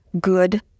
good